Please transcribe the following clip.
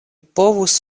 povus